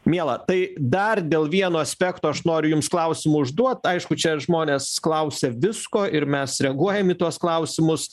miela tai dar dėl vieno aspekto aš noriu jums klausimą užduot aišku čia žmonės klausia visko ir mes reaguojam į tuos klausimus